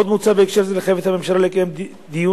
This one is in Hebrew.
עוד מוצע בהקשר זה לחייב את הממשלה לקיים דיון